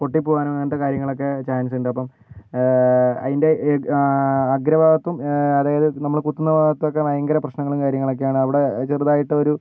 പൊട്ടിപ്പോകാനും അങ്ങനത്തെ കാര്യങ്ങളൊക്കെ ചാൻസുണ്ട് അപ്പം അതിൻ്റെ അഗ്രഭാഗത്തും അതായത് നമ്മൾ കുത്തുന്ന ഭാഗത്തും ഒക്കെ ഭയങ്കര പ്രശ്നങ്ങളും കാര്യങ്ങളുമൊക്കെയാണ് അവിടെ ചെറുതായിട്ടൊരു